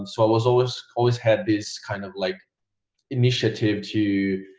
so i was always always had this kind of like initiative to